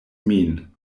min